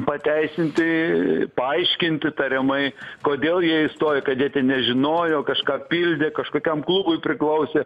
pateisinti paaiškinti tariamai kodėl jie įstojo kad jie ten nežinojo kažką pildė kažkokiam klubui priklausė